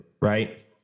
right